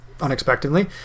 unexpectedly